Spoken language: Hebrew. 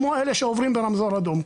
כמו אלה שעוברים ברמזור אדום,